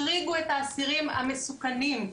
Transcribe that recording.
החריגו את האסירים המסוכנים.